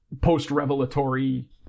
post-revelatory